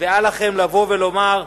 ואל לכם לבוא ולהטיח